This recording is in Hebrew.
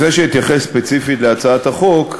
לפי שאתייחס ספציפית להצעת החוק,